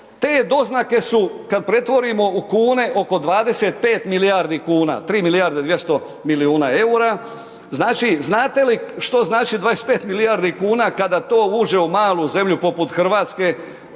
Te doznake su kada pretvorimo u kune oko 25 milijarde kuna 3 milijarde 200 milijuna eura. Znate li što znači 25 milijardi kuna kada to uđe u malo zemlju poput Hrvatske